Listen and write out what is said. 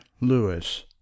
LEWIS